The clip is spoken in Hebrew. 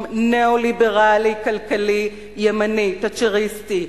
ניאו-ליברלי כלכלי ימני תאצ'ריסטי.